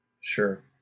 Sure